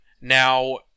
Now